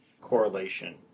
correlation